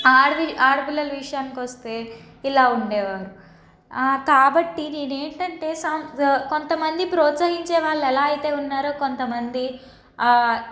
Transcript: ఆడది ఆడపిల్లల విషయానికి వస్తే ఇలా ఉండేవారు కాబట్టీ నేను ఏంటంటే సమ్ జా కొంతమంది ప్రోత్సహించే వాళ్ళు ఎలా అయితే ఉన్నారో కొంతమంది